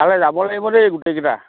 তালৈ যাব লাগিব দেই গোটেইকেইটা